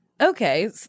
Okay